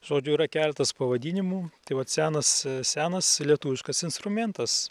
žodžiu yra keletas pavadinimų tai vat senas senas lietuviškas instrumėntas